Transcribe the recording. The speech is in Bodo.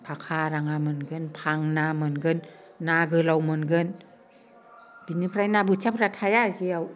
फाखा राङा मोनगोन भांना मोनगोन ना गोलाव मोनगोन बिनिफ्राय ना बोथियाफ्रा थाया जेयाव